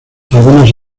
algunas